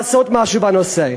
לעשות משהו בנושא.